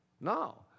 No